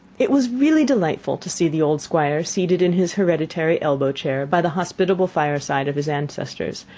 it was really delightful to see the old squire seated in his hereditary elbow-chair by the hospitable fireside of his ancestors,